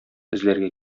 эзләргә